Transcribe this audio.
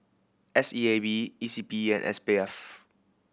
S E A B E C P and S P F